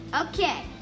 okay